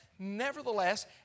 Nevertheless